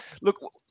look